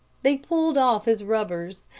they pulled off his rubbers,